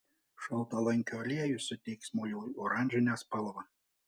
šaltalankio aliejus suteiks muilui oranžinę spalvą